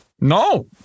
No